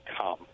come